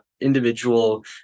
individual